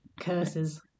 Curses